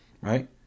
right